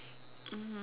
mmhmm